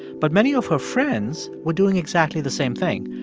but many of her friends were doing exactly the same thing.